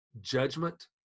judgment